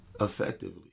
effectively